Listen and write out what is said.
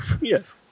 Yes